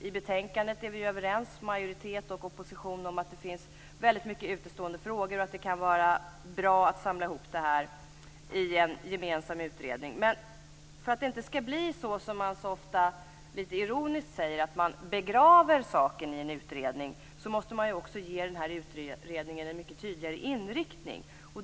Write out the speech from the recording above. I betänkandet är majoritet och opposition överens om att det finns väldigt mycket utestående frågor och att det kan vara bra att samla ihop det här i en gemensam utredning. För att det inte skall bli så som man så ofta lite ironiskt säger, att man begraver saken i en utredning, måste man också ge den här utredningen en mycket tydligare inriktning.